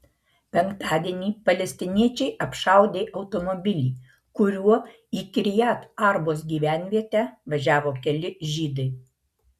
penktadienį palestiniečiai apšaudė automobilį kuriuo į kirjat arbos gyvenvietę važiavo keli žydai